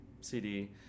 CD